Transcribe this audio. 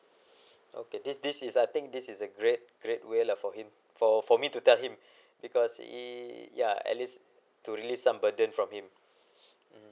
okay this this is I think this is a great great way lah for him for for me to tell him because he ya at least to release some burden from him